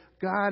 God